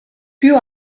più